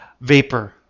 vapor